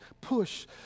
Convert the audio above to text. push